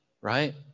right